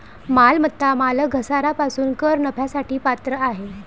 मालमत्ता मालक घसारा पासून कर नफ्यासाठी पात्र आहे